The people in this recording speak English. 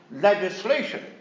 legislation